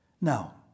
Now